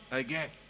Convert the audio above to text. again